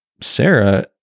sarah